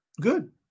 Good